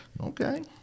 Okay